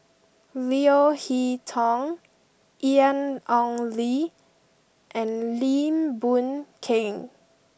Leo Hee Tong Ian Ong Li and Lim Boon Keng